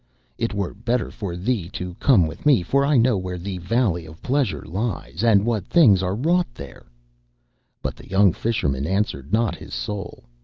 it were better for thee to come with me, for i know where the valley of pleasure lies, and what things are wrought there but the young fisherman answered not his soul,